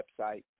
website